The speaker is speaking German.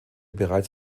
bereits